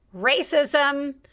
racism